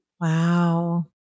Wow